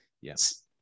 Yes